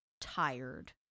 tired